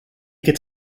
could